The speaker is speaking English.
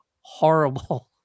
horrible